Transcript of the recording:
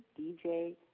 DJ